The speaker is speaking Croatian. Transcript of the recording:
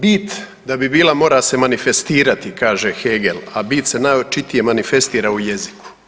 Bit da bi bila mora se manifestirati kaže Hegel, a bit se najočitije manifestira u jeziku.